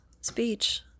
speech